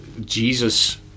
Jesus